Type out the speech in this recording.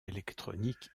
électronique